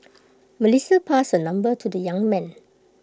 Melissa passed her number to the young man